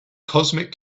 cosmic